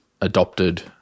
adopted